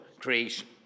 creation